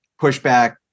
pushback